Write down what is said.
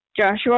Joshua